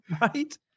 Right